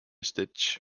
stitch